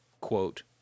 quote